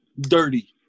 dirty